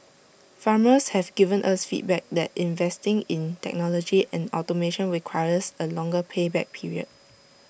farmers have given us feedback that investing in technology and automation requires A longer pay back period